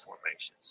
formations